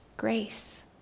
Grace